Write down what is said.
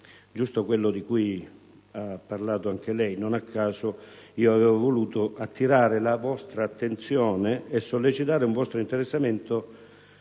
quesito, quello di cui ha parlato anche lei. Non a caso, avevo voluto attirare la vostra attenzione e sollecitare un vostro interessamento